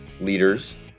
leaders